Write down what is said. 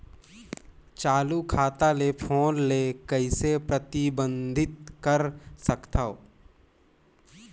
चालू खाता ले फोन ले कइसे प्रतिबंधित कर सकथव?